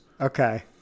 Okay